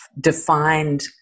defined